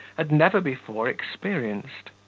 had never before experienced.